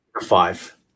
Five